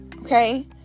Okay